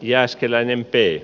jääskeläinen i